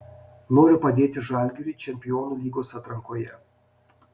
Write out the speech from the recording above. noriu padėti žalgiriui čempionų lygos atrankoje